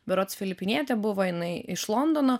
berods filipinietė buvo jinai iš londono